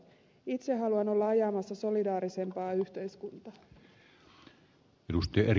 itse haluan olla ajamassa solidaarisempaa yhteiskuntaa